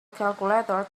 calculator